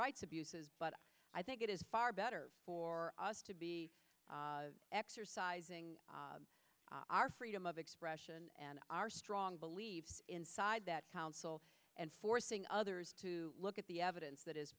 rights abuses but i think it is far better for us to be exercising our freedom of expression and our strong believes inside that council and forcing others to look at the evidence that is